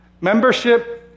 Membership